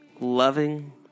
Loving